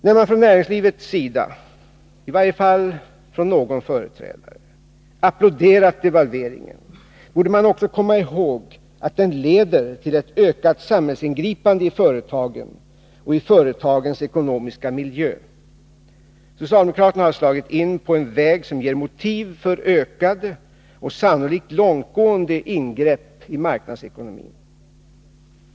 När man från näringslivets sida, i varje fall från någon företrädare, applåderar devalveringen borde man också komma ihåg att den leder till ökat samhällsingripande i företagen och i företagens ekonomiska miljö. Socialdemokraterna har slagit in på en väg som ger motiv för ökade och sannolikt långtgående ingrepp i marknadsekonomin.